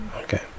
Okay